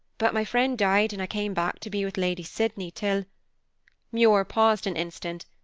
but my friend died and i came back to be with lady sydney, till muir paused an instant,